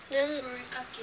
then Eureka K